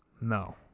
no